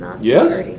Yes